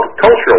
cultural